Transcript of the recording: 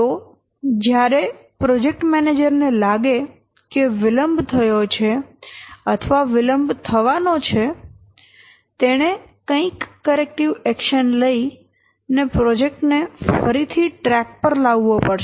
તો જ્યારે project manager ને લાગે કે વિલંબ થયો છે અથવા તો થવાનો છે તેણે કંઈક કરેક્ટીવ એક્શન લઈને પ્રોજેક્ટ ને ફરી થી ટ્રેક પર લાવવો પડશે